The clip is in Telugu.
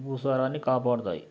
భూసారాన్ని కాపాడుతాయి